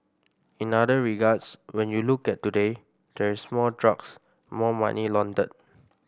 in other regards when you look at today there is more drugs more money laundered